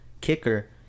kicker